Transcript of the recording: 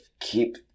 keep